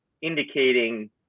indicating